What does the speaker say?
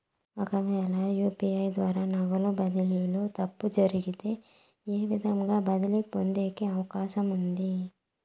ఒకవేల యు.పి.ఐ ద్వారా నగదు బదిలీలో తప్పు జరిగితే, ఏ విధంగా తిరిగి పొందేకి అవకాశం ఉంది?